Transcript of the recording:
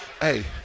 Hey